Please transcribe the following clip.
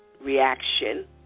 reaction